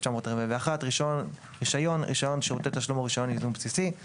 1941; "רישיון" רישיון שירותי תשלום או רישיון ייזום בסיסי;